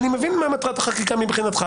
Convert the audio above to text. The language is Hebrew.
אני מבין מה מטרת החקיקה מבחינתך,